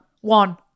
One